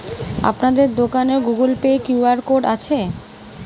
আপনার দোকানে Google Pay QR code আছে?